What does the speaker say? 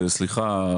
סליחה,